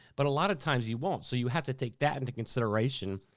but a lotta times you won't, so you have to take that into consideration,